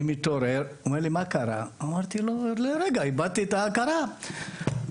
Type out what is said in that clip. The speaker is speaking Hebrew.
הוא שאל אותי מה קרה ואני עניתי לו שאיבדתי את ההכרה לרגע.